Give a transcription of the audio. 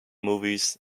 movies